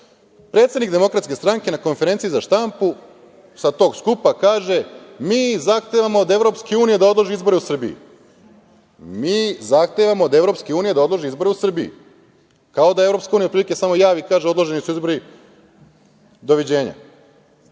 Predsednik Demokratske stranke na konferenciji za štampu sa tog skupa, kaže - Mi zahtevamo od Evropske unije da odloži izbore u Srbiji. Mi zahtevamo od Evropske unije da odloži izbore u Srbiji? Kao da Evropska unija, otprilike, samo javi i kaže – odloženi su izbori, doviđenja.